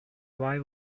why